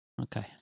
Okay